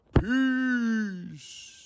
Peace